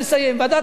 ועדת קש"ב.